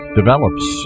develops